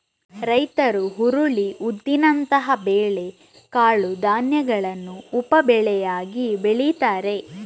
ರೈತರು ಹುರುಳಿ, ಉದ್ದಿನಂತಹ ಬೇಳೆ ಕಾಳು ಧಾನ್ಯಗಳನ್ನ ಉಪ ಬೆಳೆಯಾಗಿ ಬೆಳೀತಾರೆ